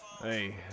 Hey